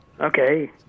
Okay